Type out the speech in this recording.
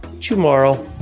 tomorrow